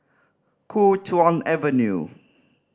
Kuo Chuan Avenue